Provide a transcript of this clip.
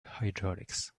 hydraulics